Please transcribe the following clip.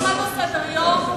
כשהתחלנו סדר-יום,